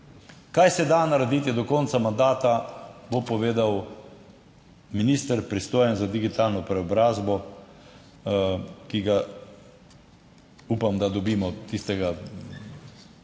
Kaj se da narediti do konca mandata, bo povedal minister, pristojen za digitalno preobrazbo, ki ga, upam, da dobimo, tistega, ki bo delal